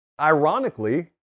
ironically